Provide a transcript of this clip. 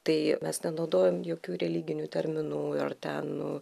tai mes nenaudojam jokių religinių terminų ar ten